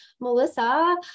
Melissa